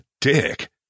dick